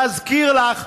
להזכיר לך,